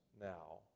now